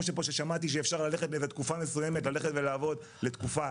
ששמעתי פה שאפשר תקופה מסוימת ללכת לעבוד לתקופה.